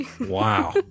Wow